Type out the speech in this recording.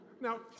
Now